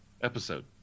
episode